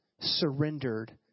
surrendered